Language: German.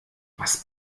was